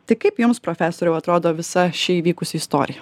tik kaip jums profesoriau atrodo visa ši įvykusi istorija